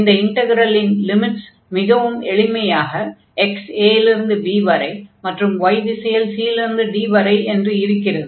இந்த இன்டக்ரலின் லிமிட்ஸ் மிகவும் எளிமையாக x a இலிருந்து b வரை மற்றும் y திசையில் c இலிருந்து d வரை என்று இருக்கிறது